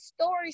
story